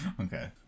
Okay